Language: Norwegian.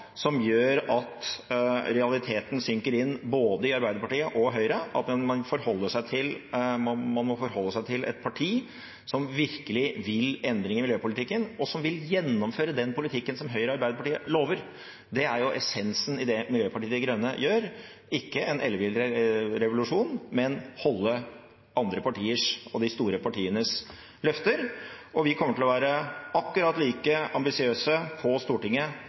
som gjør at realitetene synker inn både i Arbeiderpartiet og i Høyre, at man må forholde seg til et parti som virkelig vil endre miljøpolitikken, og som vil gjennomføre den politikken som Høyre og Arbeiderpartiet lover. Det er essensen i det Miljøpartiet De Grønne gjør – ikke en ellevill revolusjon, men å holde andre partiers, de store partienes, løfter. Vi kommer til å være akkurat like ambisiøse på Stortinget